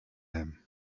him